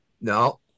No